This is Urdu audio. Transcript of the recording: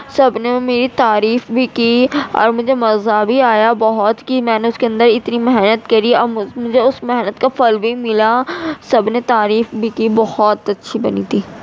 سب نے میری تعریف بھی کی اور مجھے مزہ بھی آیا بہت کہ میں نے اس کے اندر اتنی محنت کری اور مجھے اس محنت کا پھل بھی ملا سب نے تعریف بھی کی بہت اچھی بنی تھی